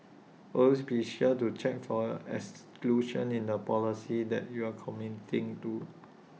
always be sure to check for exclusions in the policy that you are committing to